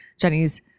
Jenny's